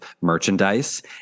merchandise